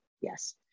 Yes